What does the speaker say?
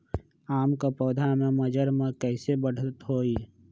आम क पौधा म मजर म कैसे बढ़त होई?